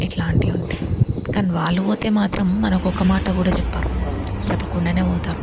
ఇట్లాంటివి ఉంటయి కానీ వాళ్ళు పోతే మాత్రం మనకు ఒక మాట కూడా చెప్పారు చెప్పకుండానే పోతారు